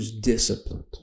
disciplined